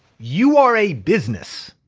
you are a business,